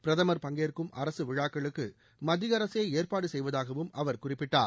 பிரதமர் பங்கேற்கும் அரசு விழாக்களுக்கு மத்திய அரசே ஏற்பாடு செய்வதாகவும் அவர் குறிப்பிட்டார்